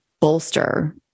bolster